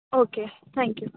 okay thank you